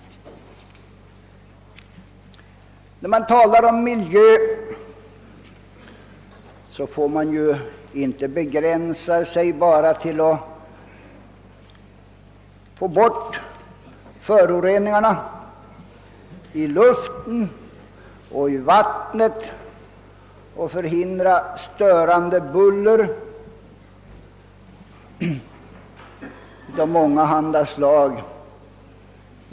När man talar om miljövård, får man ju inte begränsa sig till att undanröja föroreningarna i luften och i vattnet och förhindra störande buller av många handa slag.